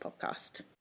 podcast